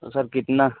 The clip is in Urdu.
تو سر کتنا